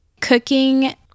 Cooking